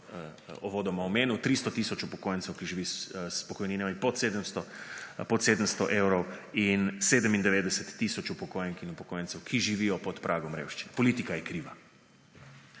uvodoma omenil, 300 tisoč upokojencev, ki živijo s pokojninami pod 700 evrov, in 97 tisoč upokojenk in upokojencev, ki živijo pod pragom revščine – politika je kriva.